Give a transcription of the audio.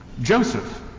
Joseph